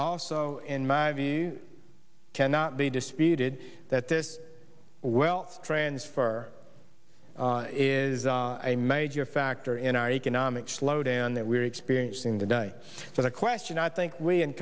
also in my cannot be disputed that this well transfer is a major factor in our economic slowdown that we're experiencing today so the question i think we in